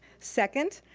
second,